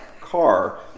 car